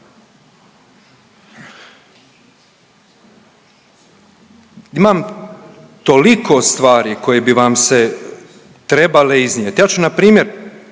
Imam toliko stvari koje bi vam se trebale iznijeti. Ja ću npr.